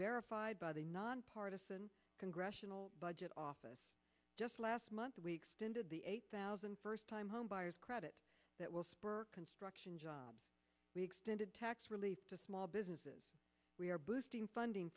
verified by the nonpartisan congressional budget office just last month we extended the eight thousand first time homebuyers credit that will spur construction jobs we extended tax relief to small businesses we are boosting funding